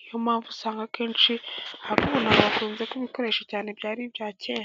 Niyo mpamvu usanga akenshi ariko ubu ntabwo bakunze kubikoresha cyane byari ibya kera.